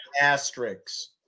Asterisks